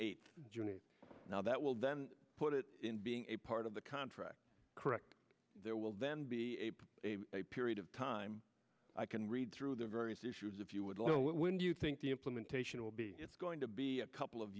eighth now that will then put it in being a part of the contract correct there will then be a period of time i can read through the various issues if you would also when do you think the implementation will be it's going to be a couple of